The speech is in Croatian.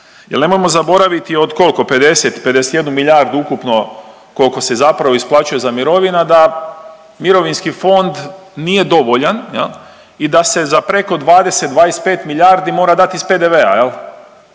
jer nemojmo zaboraviti od koliko, 50, 51 milijardu ukupno koliko se zapravo isplaćuje za mirovine da mirovinski fond nije dovoljan jel i da se za preko 20, 25 milijardi mora dati iz PDV-a